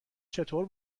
چطور